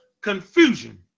confusion